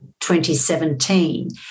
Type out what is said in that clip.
2017